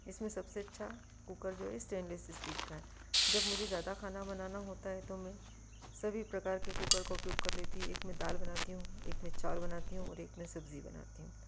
इसमें सबसे अच्छा कूकर जो है स्टेनलेस स्टील का है जब मुझे ज्यादा खाना बनाना होता है तो मैं सभी प्रकार के कूकर का उपयोग कर लेती हूँ एक में दाल बनाती हूँ एक में चावल बनाती हूँ और एक में सब्जी बनाती हूँ